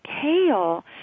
kale